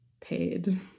paid